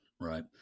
Right